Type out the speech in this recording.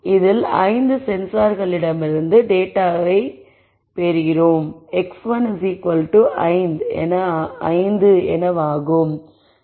இதில் ஐந்து சென்சார் களிடமிருந்து டேட்டாவை எடுக்கிறது x1 5 எடுக்கும்